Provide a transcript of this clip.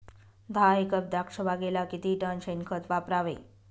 दहा एकर द्राक्षबागेला किती टन शेणखत वापरावे?